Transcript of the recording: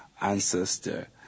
ancestor